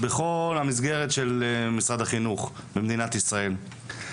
בכל המסגרת של משרד החינוך במדינת ישראל.